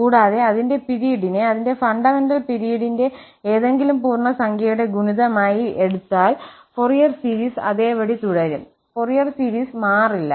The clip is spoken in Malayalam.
കൂടാതെ അതിന്റെ പിരീഡിനെ അതിന്റെ ഫണ്ടമെന്റൽ പിരീഡിന്റെ ഏതെങ്കിലും പൂർണ്ണസംഖ്യയുടെ ഗുണിതമായി എടുത്താൽ ഫൊറിയർ സീരീസ് അതേപടി തുടരും ഫൊറിയർ സീരീസ് മാറില്ല